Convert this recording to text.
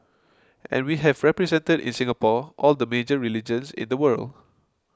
and we have represented in Singapore all the major religions in the world